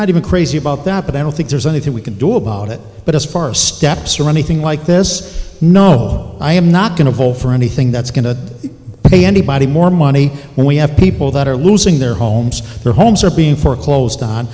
not even crazy about that but i don't think there's anything we can do about it but as part of steps or anything like this no i am not going to vote for anything that's going to pay anybody more money when we have people that are losing their homes their homes are being foreclosed on